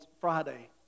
Friday